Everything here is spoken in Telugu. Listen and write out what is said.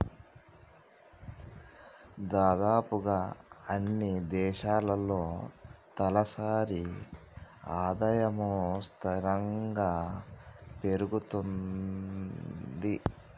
దాదాపుగా అన్నీ దేశాల్లో తలసరి ఆదాయము స్థిరంగా పెరుగుతది